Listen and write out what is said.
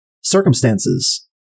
circumstances